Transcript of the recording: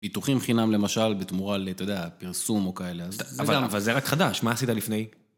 פיתוחים חינם, למשל, בתמורה ל... אתה יודע, פרסום או כאלה. אבל זה רק חדש, מה עשית לפני?